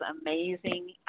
amazing